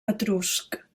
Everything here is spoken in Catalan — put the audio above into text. etrusc